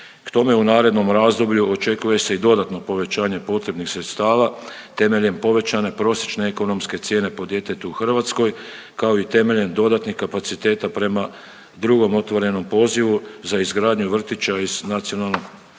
K tome, u narednom razdoblju očekuje se i dodatno povećanje potrebnih sredstava temeljem povećane prosječne ekonomske cijene po djetetu u Hrvatskoj, kao i temelj dodatnih kapaciteta prema drugom otvorenom pozivu za izgradnju vrtića iz nacionalnog plana